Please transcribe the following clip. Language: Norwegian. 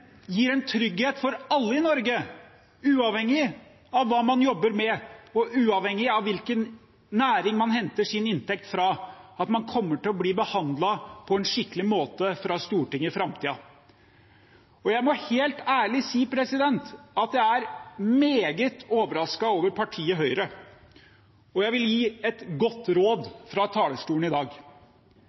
gir en trygghet for at alle i Norge – uavhengig av hva man jobber med, og uavhengig av hvilken næring man henter sin inntekt fra – kommer til å bli behandlet på en skikkelig måte fra Stortinget i framtiden. Jeg må helt ærlig si at jeg er meget overrasket over partiet Høyre, og jeg vil gi et godt råd fra talerstolen i dag: